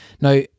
Now